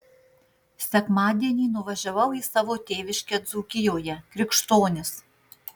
sekmadienį nuvažiavau į savo tėviškę dzūkijoje krikštonis